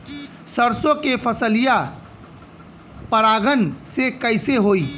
सरसो के फसलिया परागण से कईसे होई?